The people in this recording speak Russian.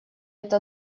это